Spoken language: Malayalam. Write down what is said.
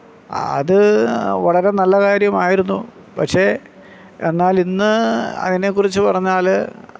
അത് വളരെ നല്ല കാര്യമായിരുന്നു പക്ഷേ എന്നാൽ ഇന്ന് അതിനെക്കുറിച്ച് പറഞ്ഞാൽ